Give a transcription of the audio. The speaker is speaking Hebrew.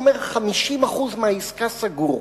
הוא אומר: 50% מהעסקה סגור.